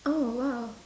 oh !wow!